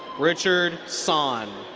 richard son.